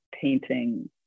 painting